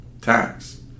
tax